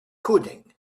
coding